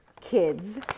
kids